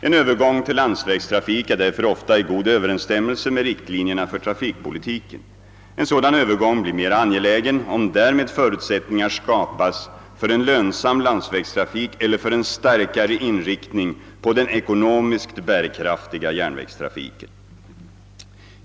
En övergång till landsvägstrafik är därför ofta i god överensstämmelse med riktlinjerna för trafikpolitiken. En sådan övergång blir mera angelägen om därmed förutsättningar skapas för en lönsam landsvägstrafik eller för en starkare inriktning på den ekonomiskt bärkraftiga järnvägstrafiken.